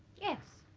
yes